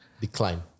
decline